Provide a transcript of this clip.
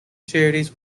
charities